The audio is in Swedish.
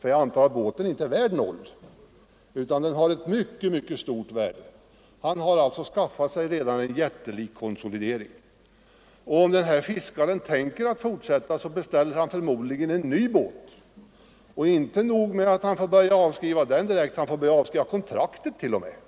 Jag anatar att båten inte är värd noll utan har ett mycket stort värde. Den här fiskaren har alltså redan skaffat sig en jättelik konsolidering, och om han tänker fortsätta fiska beställer han förmodligen en ny båt. Det är då inte nog med att han får börja avskriva båten omedelbart utan han fårt.o.m. börja skriva av på kontraktet om köp av båten.